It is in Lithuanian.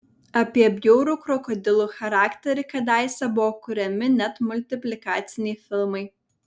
apie bjaurų krokodilų charakterį kadaise buvo kuriami net multiplikaciniai filmai